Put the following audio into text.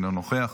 אינו נוכח,